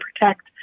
protect